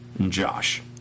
Josh